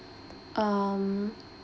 um